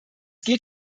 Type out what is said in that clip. geht